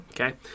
Okay